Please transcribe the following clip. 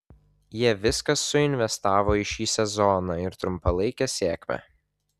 jie viską suinvestavo į šį sezoną ir trumpalaikę sėkmę